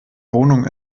wohnung